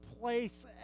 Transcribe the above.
place